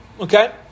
Okay